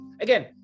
Again